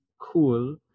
cool